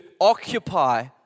occupy